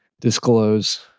disclose